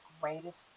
greatest